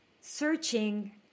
searching